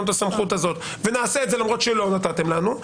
את הסמכות הזאת ונעשה את זה למרות שלא נתתם לנו,